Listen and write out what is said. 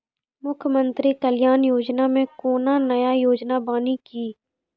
मुख्यमंत्री कल्याण योजना मे कोनो नया योजना बानी की?